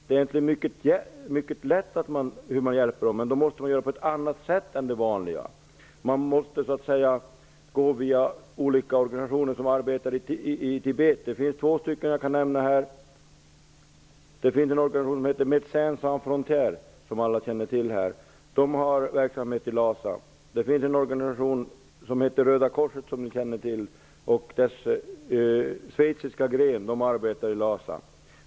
Det är egentligen mycket lätt att göra det, men man måste hjälpa på ett annat sätt än det vanliga. Man måste göra det via olika organisationer som verkar i Tibet. Jag kan nämna några här. Det finns en organisation som heter Médecins Sans Frontières, som alla känner till. Den har verksamhet i Lhasa. Det finns en organisation som heter Röda korset, som vi alla känner till. Dess schweiziska gren arbetar i Lhasa.